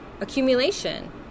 accumulation